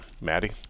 Maddie